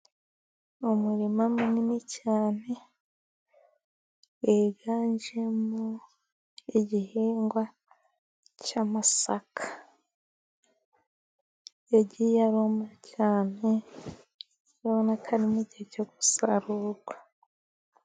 Umurima munini cyane wiganjemo, igihingwa cy' amasaka, yagiye aruma cyane urabona ko ari igihe cyo gusarurwa.